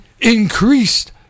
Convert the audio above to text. increased